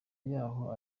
yaho